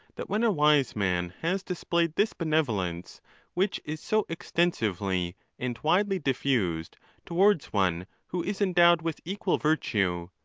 that when a wise man has displayed this benevo lence which is so extensively and widely diffused towards one who is endowed with equal virtue,